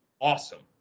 awesome